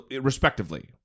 respectively